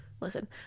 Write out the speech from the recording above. listen